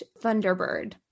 Thunderbird